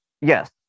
yes